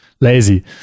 lazy